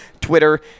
Twitter